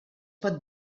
pot